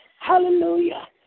Hallelujah